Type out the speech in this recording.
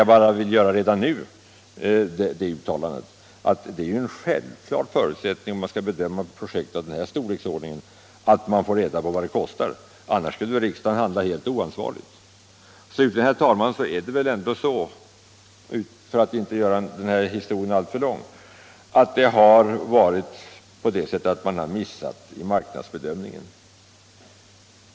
Jag vill bara redan nu göra det uttalandet, att om man skall kunna bedöma projekt av denna storleksordning är det en självklar förutsättning att man får reda på vad det kostar. Annars skulle riksdagen handla oansvarigt. Slutligen är det väl ändå så — för att nu inte göra denna debatt alltför lång — att här har man missat i marknadsbedömningen.